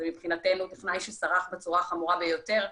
זה מבחינתנו טכנאי שסרח בצורה החמורה ביותר.